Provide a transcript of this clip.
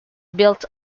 built